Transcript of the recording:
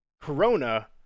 Corona